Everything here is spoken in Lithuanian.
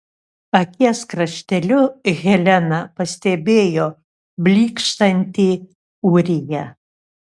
akies krašteliu helena pastebėjo blykštantį ūriją